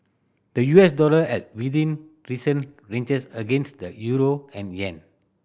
the U S dollar held within recent ranges against the euro and yen